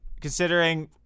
considering